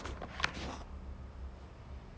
clinics and hospitals and stuff